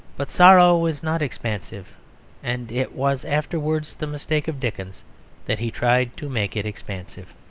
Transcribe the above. but sorrow is not expansive and it was afterwards the mistake of dickens that he tried to make it expansive.